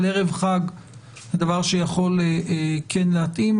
אבל ערב חג זה דבר שיכול כן להתאים,